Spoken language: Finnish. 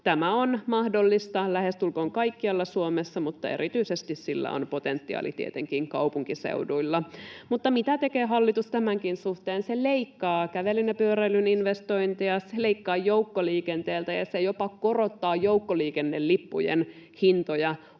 Tämä on mahdollista lähestulkoon kaikkialla Suomessa, mutta erityisesti sillä on potentiaali tietenkin kaupunkiseuduilla. Mutta mitä tekee hallitus tämänkin suhteen? Se leikkaa kävelyn ja pyöräilyn investointeja, se leikkaa joukkoliikenteeltä, ja se jopa korottaa joukkoliikennelippujen hintoja.